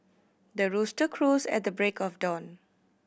the rooster crows at the break of dawn